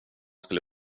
skulle